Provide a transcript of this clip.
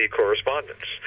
correspondence